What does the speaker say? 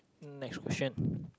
next question